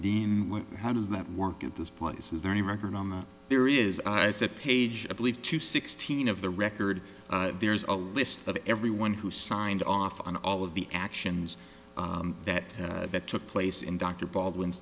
what how does that work at this place is there any record on the there is i it's a page i believe two sixteen of the record there's a list of everyone who signed off on all of the actions that that took place in dr baldwin's